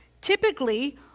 typically